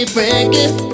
Frankie